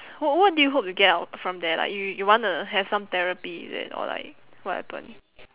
wh~ what do you hope to get out from there like you you wanna have some therapy is it or like what happen